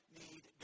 need